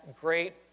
great